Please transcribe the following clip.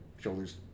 shoulders